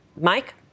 Mike